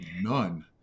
none